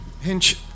Hinch